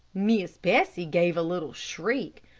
miss bessie gave a little shriek.